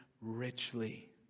richly